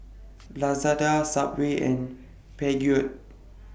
Lazada Subway and Peugeot